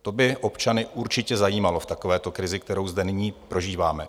To by občany určitě zajímalo v takovéto krizi, kterou zde prožíváme.